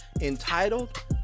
entitled